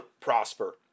prosper